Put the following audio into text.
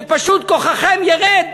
שפשוט כוחכם ירד